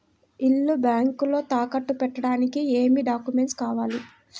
ఇల్లు బ్యాంకులో తాకట్టు పెట్టడానికి ఏమి డాక్యూమెంట్స్ కావాలి?